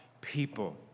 people